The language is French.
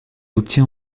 obtient